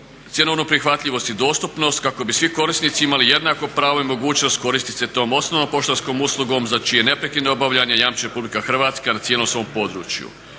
cjenovnu prihvatljivost i dostupnost kako bi svi korisnici imali jednako pravo i mogućnost koristiti se tom osnovnom poštanskom uslugom za čije neprekidno obavljanje jamči RH na cijelom svom područje.